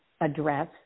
address